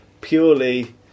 purely